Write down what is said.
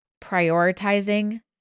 prioritizing